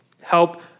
help